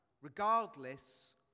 regardless